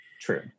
True